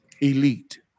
Elite